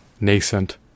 nascent